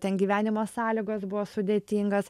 ten gyvenimo sąlygos buvo sudėtingas